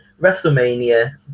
WrestleMania